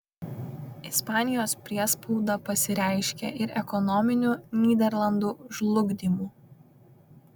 ispanijos priespauda pasireiškė ir ekonominiu nyderlandų žlugdymu